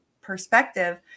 perspective